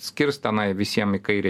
skirs tenai visiems į kairę